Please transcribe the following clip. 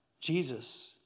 Jesus